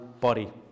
body